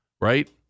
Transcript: right